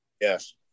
Yes